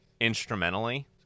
instrumentally